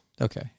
okay